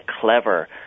clever